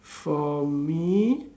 for me